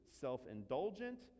self-indulgent